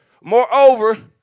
Moreover